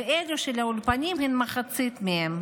ואלה של האולפנים הן מחצית מהן.